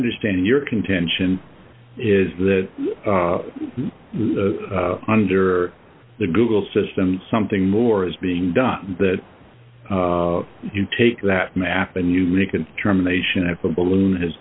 understand your contention is that under the google system something more is being done that you take that map and you really can germination at the balloon is